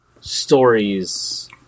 stories